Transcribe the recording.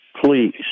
Please